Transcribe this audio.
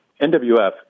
NWF